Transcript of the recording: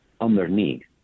underneath